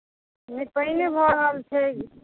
नहि पानि भऽ रहल छै